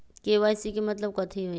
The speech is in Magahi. के.वाई.सी के मतलब कथी होई?